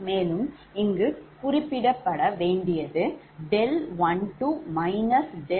மேலும் இங்கு குறிப்பிடப்பட வேண்டியது 12 210